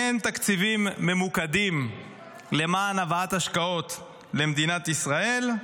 אין תקציבים ממוקדים למען הבאת השקעות למדינת ישראל.